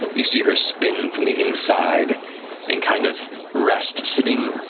you see her spin from the inside and kind of rest, sitting